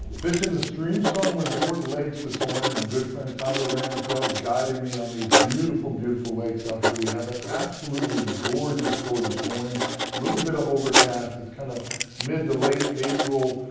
fishing the streamsong resort lakes this morning. my good friend, tyler ramsdell, is guiding me on these beautiful, beautiful lakes out here. we have an absolutely gorgeous, gorgeous morning. a little bit of overcast. it's kind of mid to late april.